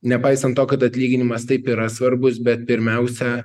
nepaisant to kad atlyginimas taip yra svarbus bet pirmiausia